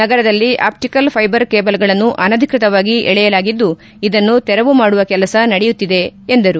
ನಗರದಲ್ಲಿ optical fibre ಕೇಬಲ್ಗಳನ್ನು ಅನಧಿಕೃತವಾಗಿ ಎಳೆಯಲಾಗಿದ್ದು ಇದನ್ನು ತೆರವು ಮಾಡುವ ಕೆಲಸ ನಡೆಯುತ್ತಿದೆ ಎಂದರು